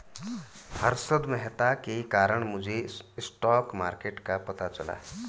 हर्षद मेहता के कारण मुझे स्टॉक मार्केट का पता चला